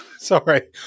Sorry